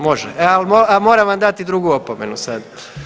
Može, ali moram vam dati drugu opomenu sad.